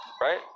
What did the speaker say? Right